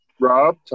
Rob